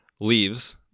leaves